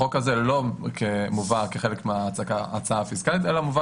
החוק הזה לא מובא כחלק מההצעה הפיסקלית אלא מובא